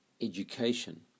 education